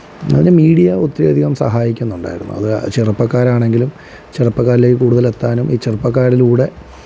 അതിന് മീഡിയ ഒത്തിരിയധികം സഹായിക്കുന്നുണ്ടാരുന്നു അത് ചെറുപ്പക്കാരാണെങ്കിലും ചെറുപ്പക്കാരിലേക്ക് കൂടുതലെത്താനും ഈ ചെറുപ്പക്കാരിലൂടെ